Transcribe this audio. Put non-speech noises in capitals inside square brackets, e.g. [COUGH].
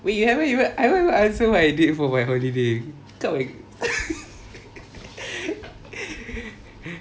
wait you haven't even I haven't even answer what I did for my holiday kau ni [LAUGHS]